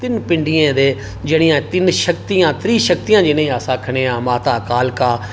तिन पिंडियें दे जेहड़ियां तिन शक्तियां जेहड़ियां अस आखने आं माता कालका माता सरस्वती